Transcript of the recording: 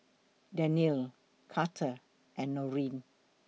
Dannielle Carter and Norene